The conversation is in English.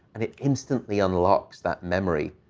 and it instantly unlocks that memory,